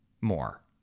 more